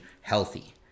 healthy